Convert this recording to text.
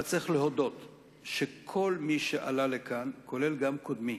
אבל צריך להודות שכל מי שעלה לכאן, כולל קודמי,